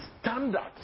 standards